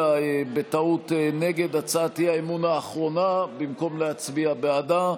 בטעות נגד הצעת האי-אמון האחרונה במקום להצביע בעדה.